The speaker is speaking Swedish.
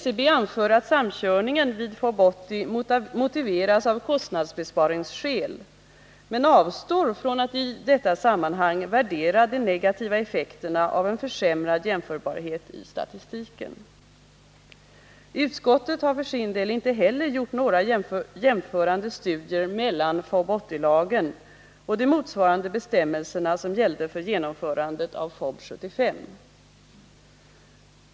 SCB anför att samkörningen vid FoB 80 motiveras av kostnadsbesparingsskäl men avstår från att i detta sammanhang värdera de negativa effekterna av en försämrad jämförbarhet i statistiken. Utskottet har för sin del inte heller gjort några jämförande studier mellan FoB 80-lagen och de motsvarande bestämmelserna som gällde för genomförandet av FoB 75.